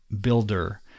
builder